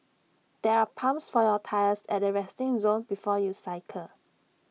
there are pumps for your tyres at the resting zone before you cycle